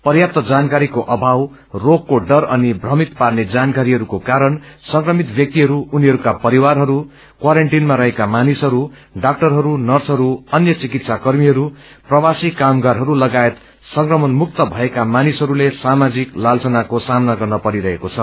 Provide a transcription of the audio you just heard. पर्याप्त जानकारीको अभाव रोगको डर अनि प्रमित पार्ने जानकारीको कारण संक्रमित व्यक्तिहरू उनीहरूका परिवारहरू क्वारान्टाइनमा रहेका मानिसहरू डाक्टरहरू नर्सहरू अन्य चिकित्सा कर्मीहरू प्रवासी क्रमगारहरू तगायत संक्रमण मुक्त भएका मानिसहरूले सामाजिक ताब्रणको सामना गर्न परिरहेको छ